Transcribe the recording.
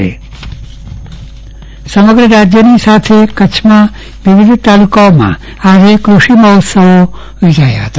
ચંદ્રવદન પદ્ટણી કૃષિ મહોત્સવ સમગ્ર રાજ્યની સાથે કચ્છમાં વિવિધ તાલુકાઓમાં આજે કૃષિ મહોત્સવ યોજાયા હતા